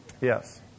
Yes